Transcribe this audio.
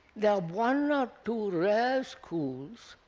there are one or two rare schools,